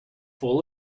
full